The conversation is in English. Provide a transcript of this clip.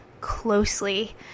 closely